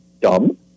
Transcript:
dumb